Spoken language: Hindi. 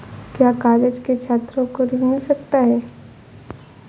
क्या कॉलेज के छात्रो को ऋण मिल सकता है?